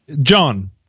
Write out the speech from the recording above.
John